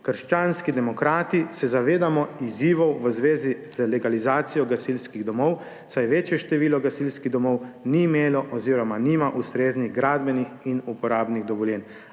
Krščanski demokrati se zavedamo izzivov v zvezi z legalizacijo gasilskih domov, saj večje število gasilskih domov ni imelo oziroma nima ustreznih gradbenih in uporabnih dovoljenj.